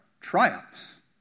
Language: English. triumphs